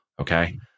Okay